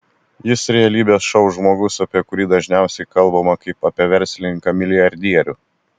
jis realybės šou žmogus apie kurį dažniausiai kalbama kaip apie verslininką milijardierių